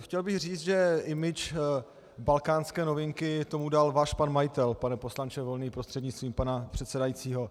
Chtěl bych říct, že image balkánské novinky tomu dal váš pan majitel, pane poslanče Volný prostřednictvím pana předsedajícího.